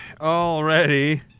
Already